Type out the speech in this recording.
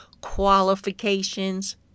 qualifications